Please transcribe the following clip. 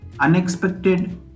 Unexpected